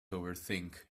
overthink